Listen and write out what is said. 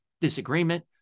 disagreement